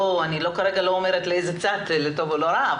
אני כרגע לא אומרת אם לטוב או לרע,